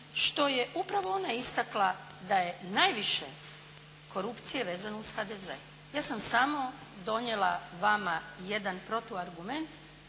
što je upravo ona istakla da je najviše korupcije vezano uz HDZ. Ja sam samo donijela vama jedan protuargument